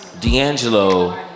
D'Angelo